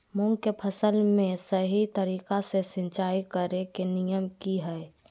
मूंग के फसल में सही तरीका से सिंचाई करें के नियम की हय?